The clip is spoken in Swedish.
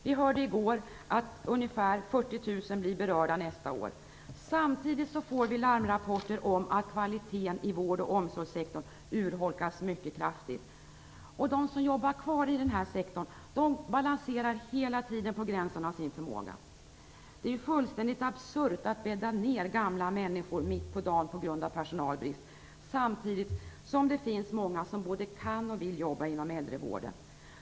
Vi hörde i går att ca 40 000 blir berörda nästa år. Samtidigt får vi larmrapporter om att kvaliteten i vård och omsorgssektorn urholkats mycket kraftigt. De som jobbar kvar i den här sektorn balanserar hela tiden på gränsen av sin förmåga. Det är ju fullständigt absurt att bädda ner gamla människor mitt på dagen p.g.a. pesonalbrist, samtidigt som det finns många som både kan och vill jobba inom äldrevården.